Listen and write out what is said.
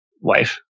wife